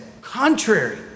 contrary